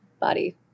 body